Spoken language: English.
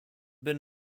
have